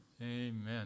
Amen